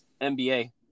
NBA